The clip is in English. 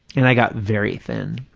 and i got very thin.